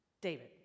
David